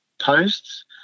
posts